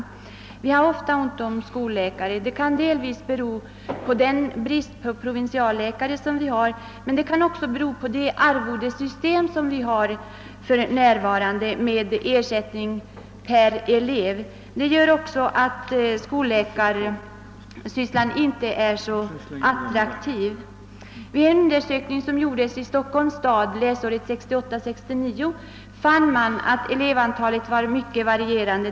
Det saknas ofta skolläkare, vilket kan bero på den nuvarande bristen på provinsialläkare men också på det f. n. gällande arvodessystemet, som bygger på ersättning per elev. Detta medför att skolläkararbetet inte är så attraktivt. Vid en undersökning som gjordes i Stockholms stad läsåret 1968/1969 framkom att elevantalet per läkare var mycket varierande.